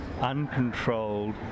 uncontrolled